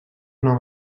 nom